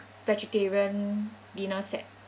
vegetarian dinner set